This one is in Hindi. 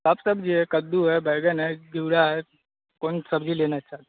सब सब्जी है कद्दू है बैंगन है घिऊड़ा है कौन सब्जी लेना है सर